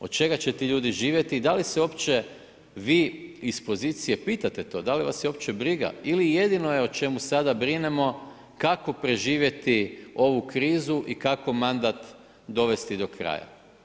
Od čega će ti ljudi živjeti i da li se uopće vi iz pozicije pitate to, da li vas je to uopće briga ili je jedino o čemu sada brinemo kako preživjeti ovu krizu i kako mandat dovesti do kraja?